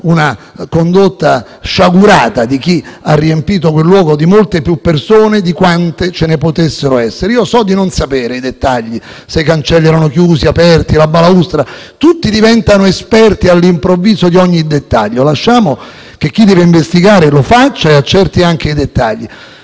una condotta sciagurata di chi ha riempito quel luogo di molte più persone di quante ce ne potessero essere. Io so di non sapere i dettagli: se i cancelli erano chiusi o aperti, la balaustra e quant'altro. Tutti diventano esperti all'improvviso di ogni dettaglio: lasciamo che chi deve investigare lo faccia e accerti anche i dettagli.